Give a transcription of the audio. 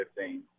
2015